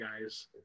guys